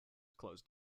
closed